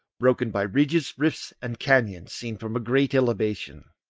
broken by ridges, rifts, and canyons, seen from a great elevation.